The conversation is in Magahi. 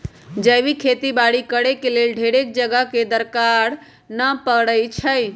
जैविक खेती बाड़ी करेके लेल ढेरेक जगह के दरकार न पड़इ छइ